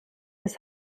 ist